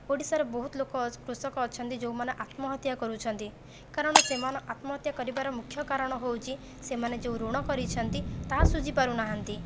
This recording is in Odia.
ଓଡ଼ିଶାରେ ବହୁତ ଲୋକ କୃଷକ ଅଛନ୍ତି ଯେଉଁମାନେ ଆତ୍ମହତ୍ୟା କରୁଛନ୍ତି କାରଣ ସେମାନେ ଆତ୍ମହତ୍ୟା କରିବାର ମୁଖ୍ୟ କାରଣ ହେଉଛି ସେମାନେ ଯେଉଁ ଋଣ କରିଛନ୍ତି ତାହା ସୁଝି ପାରୁନାହାନ୍ତି